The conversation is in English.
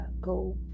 go